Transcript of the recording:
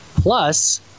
Plus